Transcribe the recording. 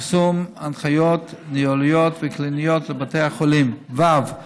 פרסום הנחיות ניהוליות וקליניות לבתי החולים, ו.